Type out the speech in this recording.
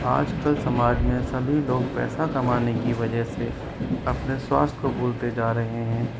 आजकल समाज में सभी लोग पैसा कमाने की वजह से अपने स्वास्थ्य को भूलते जा रहे हैं